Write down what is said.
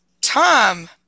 Tom